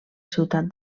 ciutat